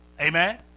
Amen